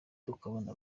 tukabona